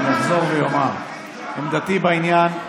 אני אחזור ואומר, עמדתי בעניין,